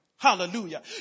Hallelujah